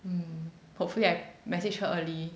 mm hopefully I messaged her early